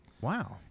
Wow